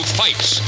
fights